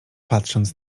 patrząc